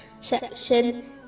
section